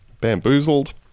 bamboozled